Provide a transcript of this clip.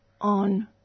on